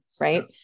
Right